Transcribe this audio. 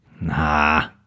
Nah